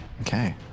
Okay